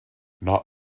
not